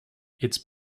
its